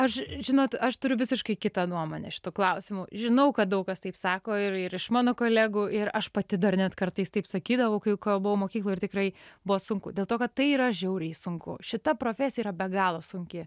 aš žinot aš turiu visiškai kitą nuomonę šitu klausimu žinau kad daug kas taip sako ir ir iš mano kolegų ir aš pati dar net kartais taip sakydavau kai buvau mokykloj ir tikrai buvo sunku dėl to kad tai yra žiauriai sunku šita profesija yra be galo sunki